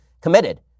committed